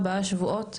ארבעה שבועות,